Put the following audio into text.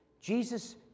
Jesus